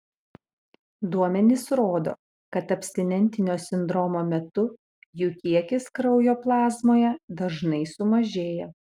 duomenys rodo kad abstinentinio sindromo metu jų kiekis kraujo plazmoje dažnai sumažėja